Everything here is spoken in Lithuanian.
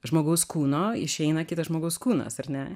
žmogaus kūno išeina kitas žmogaus kūnas ar ne